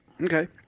Okay